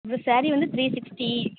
இந்த சாரீ வந்து three sixty